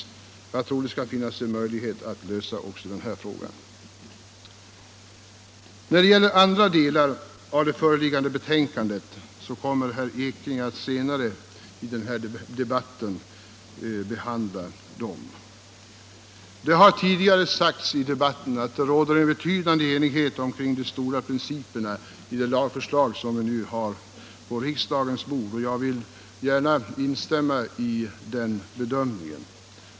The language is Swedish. Jag tror att det skall finnas en möjlighet att lösa också den frågan. Andra delar av det föreliggande betänkandet kommer herr Ekinge att behandla senare i denna debatt. Det har tidigare sagts i debatten att det råder betydande enighet kring de stora principerna i det lagförslag som vi nu har på riksdagens bord. Jag vill gärna instämma i den bedömningen.